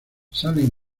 salen